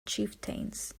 chieftains